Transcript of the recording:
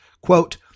Quote